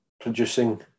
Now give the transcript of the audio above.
producing